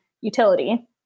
utility